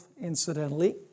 incidentally